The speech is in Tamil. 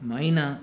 மைனா